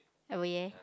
oh yeah